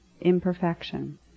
imperfection